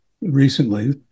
recently